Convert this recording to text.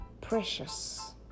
Precious